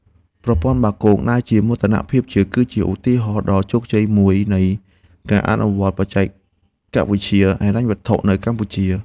ប្រព័ន្ធបាគងដែលជាមោទនភាពជាតិ គឺជាឧទាហរណ៍ដ៏ជោគជ័យមួយនៃការអនុវត្តបច្ចេកវិទ្យាហិរញ្ញវត្ថុនៅកម្ពុជា។